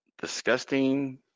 disgusting